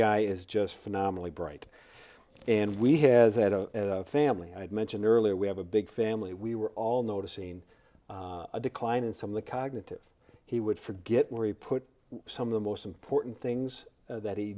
guy is just phenomenally bright and we has a family i had mentioned earlier we have a big family we were all know to seen a decline in some of the cognitive he would forget where he put some of the most important things that he